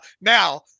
Now